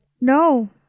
No